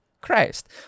Christ